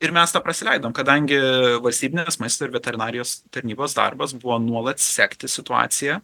ir mes tą prasileidom kadangi valstybinės maisto ir veterinarijos tarnybos darbas buvo nuolat sekti situaciją